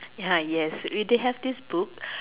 ya yes we did have this book